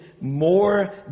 more